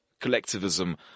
collectivism